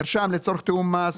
נרשם לצורך תיאום מס,